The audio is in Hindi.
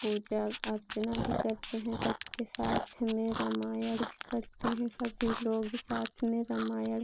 पूजा अर्चना भी करते हैं सबके साथ में रामायण भी पढ़ते हैं सभी लोग साथ में रामायण